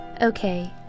Okay